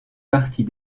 partie